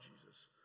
Jesus